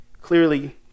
clearly